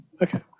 Okay